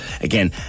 again